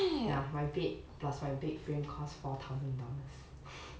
ya my bed plus my bed frame cost four thousand dollars